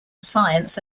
science